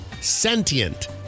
sentient